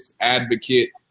advocate